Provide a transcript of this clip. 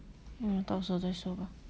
mm 到时候再说吧